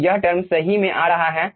तो यह टर्म सही में आ रहा है